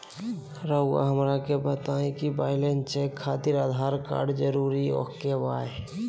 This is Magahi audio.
रउआ हमरा के बताए कि बैलेंस चेक खातिर आधार कार्ड जरूर ओके बाय?